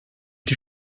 die